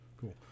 Cool